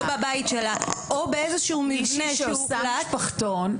בבית שלה או באיזשהו מבנה שהוחלט עליו.